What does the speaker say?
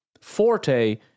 Forte